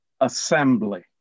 assembly